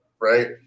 right